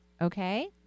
okay